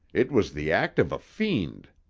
it was the act of a fiend.